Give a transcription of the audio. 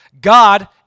God